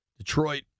Detroit